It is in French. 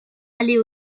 aller